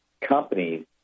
companies